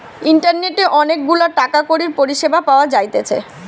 ইন্টারনেটে অনেক গুলা টাকা কড়ির পরিষেবা পাওয়া যাইতেছে